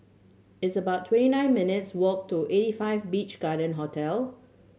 it's about twenty nine minutes' walk to Eighty Five Beach Garden Hotel